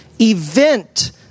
event